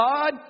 God